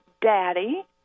daddy